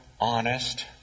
honest